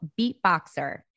beatboxer